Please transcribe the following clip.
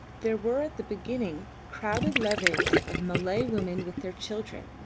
there were at the beginning crowded levees of malay women with their children,